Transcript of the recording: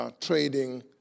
trading